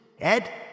Ed